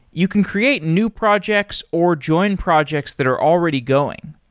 you can create new projects or join projects that are already going.